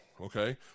okay